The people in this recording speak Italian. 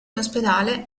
ospedale